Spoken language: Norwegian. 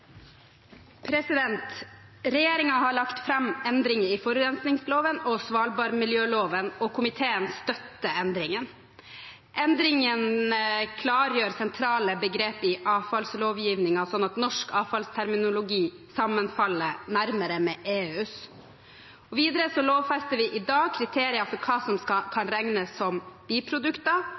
har lagt fram forslag til endringer i forurensningsloven og svalbardmiljøloven. Komiteen støtter endringene. Endringene klargjør sentrale begrep i avfallslovgivningen slik at norsk avfallsterminologi sammenfaller nærmere med EUs. Videre lovfester vi i dag kriterier for hva som kan regnes som biprodukter